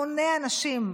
המוני אנשים.